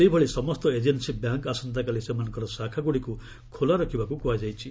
ସେହିଭଳି ସମସ୍ତ agency bank ଆସନ୍ତାକାଲି ସେମାନଙ୍କର ଶାଖାଗୁଡ଼ିକୁ ଖୋଲା ରଖିବାକୁ କୁହାଯାଇଛି